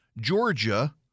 Georgia